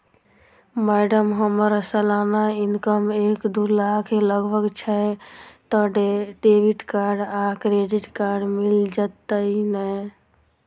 Madam हम्मर सलाना income एक दु लाख लगभग छैय तऽ डेबिट कार्ड आ क्रेडिट कार्ड मिल जतैई नै?